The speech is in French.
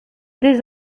des